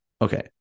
Okay